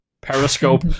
Periscope